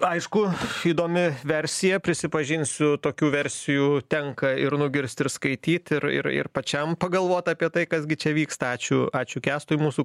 aišku įdomi versija prisipažinsiu tokių versijų tenka ir nugirst ir skaityt ir ir ir pačiam pagalvot apie tai kas gi čia vyksta ačiū ačiū kęstui mūsų